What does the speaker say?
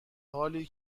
حالی